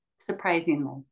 surprisingly